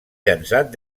llançat